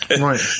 Right